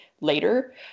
later